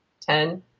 ten